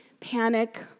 panic